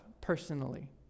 personally